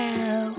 Now